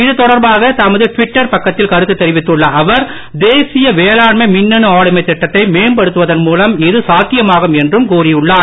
இது தொடர்பாக தமது டுவிட்டர் பக்கத்தில் கருத்து தெரிவித்துள்ள அவர் தேசிய வேளாண்மை மின்னணு ஆளுமை திட்டத்தை மேம்படுத்துவதன் மூலம் இது சாத்தியமாகும் என்றும் அவர் கூறியுள்ளார்